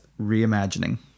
reimagining